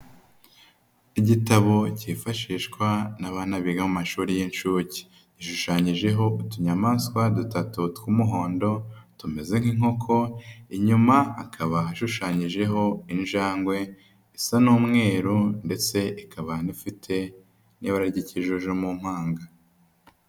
Igitabo kifashishwa n'abana biga mu mashuri y'inshuke gishushanyijeho utunyamaswa dutatu tw'umuhondo tumeze nk'inkoko, inyuma hakaba hashushanyijeho injangwe isa n'umweru ndetse ikaba ifite n'ibara ry'ikijuju mu mpanga.